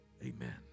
Amen